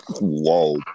Whoa